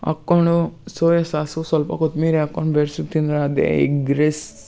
ಹಾಕ್ಕೊಂಡು soya sauce ಸ್ವಲ್ಪ ಕೊತಂಬ್ರಿ ಹಾಕೊಂಡ್ ಬೆರೆಸಿ ತಿಂದರೆ ಅದೇ ಎಗ್ ರೈಸ್